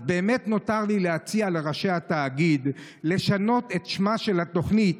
אז באמת נותר לי להציע לראשי התאגיד לשנות את שמה של התוכנית.